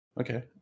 Okay